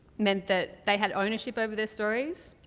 meant that they had ownership over their stories,